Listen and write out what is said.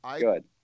Good